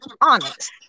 honest